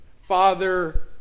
Father